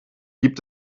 gibt